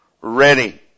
ready